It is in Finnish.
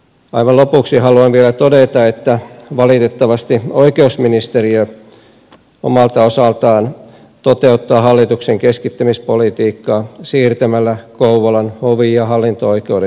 aivan lopuksi haluan vielä todeta että valitettavasti oikeusministeriö omalta osaltaan toteuttaa hallituksen keskittämispolitiikkaa siirtämällä kouvolan hovi ja hallinto oikeudet kuopioon